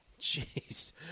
Jeez